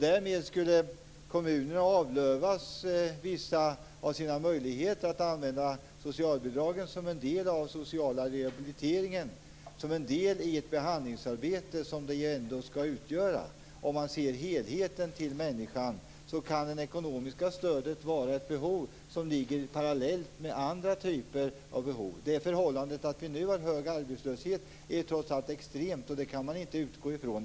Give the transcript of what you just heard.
Därmed skulle kommunerna avlövas vissa av sina möjligheter att använda socialbidragen som en del av den sociala rehabiliteringen, som en del i det behandlingsarbete som det ändå är fråga om. Sett till helheten när det gäller människan kan det ekonomiska stödet vara ett behov parallellt med andra typer av behov. Det förhållandet att vi nu har hög arbetslöshet är trots allt extremt och det kan man inte utgå från.